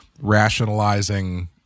rationalizing